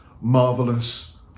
marvelous